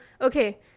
okay